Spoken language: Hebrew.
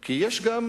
כי יש גם